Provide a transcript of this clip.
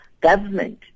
government